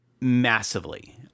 massively